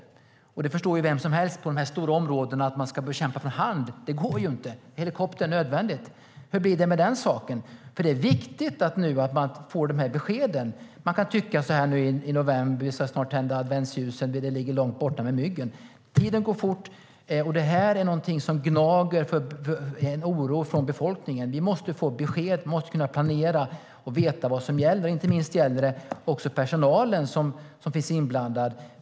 Vem som helst förstår att det inte går att bekämpa för hand när det gäller de här stora områdena. Helikopter är nödvändigt. Ännu en viktig fråga i sammanhanget är därför: Hur blir det med den saken? Det är viktigt att man får de beskeden nu. Vi kan tycka att myggen ligger långt borta nu när det är november och vi snart ska tända adventsljusen. Men tiden går fort. Och det här är en oro för befolkningen som gnager. Vi måste få besked; vi måste kunna planera och veta vad som gäller. Det gäller inte minst för personalen som är inblandad.